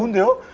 um do?